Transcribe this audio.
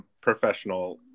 professional